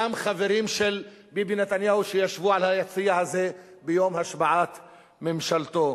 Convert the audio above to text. אותם חברים של ביבי נתניהו שישבו על היציע הזה ביום השבעת ממשלתו.